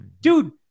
Dude